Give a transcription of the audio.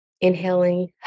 inhaling